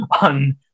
on